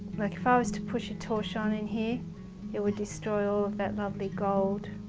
like, if i was to push a torch on in here it would destroy all of that lovely gold.